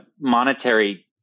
monetary